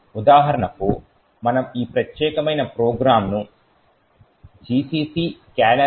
ఉదాహరణకు మనము ఈ ప్రత్యేకమైన ప్రోగ్రామ్ను gcc canaries 2